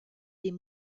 des